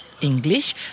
English